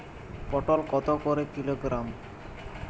পটল কত করে কিলোগ্রাম?